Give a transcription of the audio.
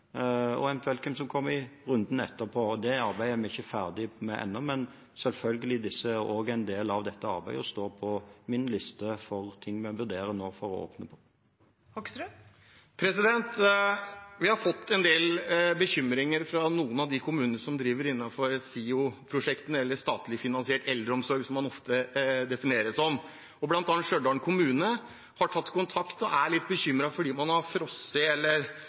og eventuelt hvem som kommer med i runden etterpå. Det arbeidet er vi ikke ferdig med ennå, men dette står selvfølgelig på min liste over ting vi nå vurderer å åpne for. Bård Hoksrud – til oppfølgingsspørsmål. Vi har fått en del bekymringsmeldinger fra noen av de kommunene som driver innenfor SIO-prosjektene, eller statlig finansiert eldreomsorg, som man ofte definerer det som. Blant andre Stjørdal kommune har tatt kontakt og er litt bekymret fordi man har frosset